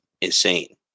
insane